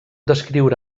descriure